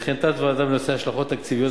וכן תת-ועדה בנושא השלכות תקציביות